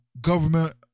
government